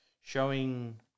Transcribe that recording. showing